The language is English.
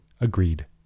agreed